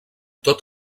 tot